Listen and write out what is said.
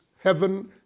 heaven